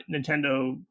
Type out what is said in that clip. Nintendo